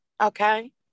Okay